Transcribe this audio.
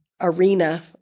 arena